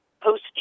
post